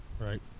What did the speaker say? Right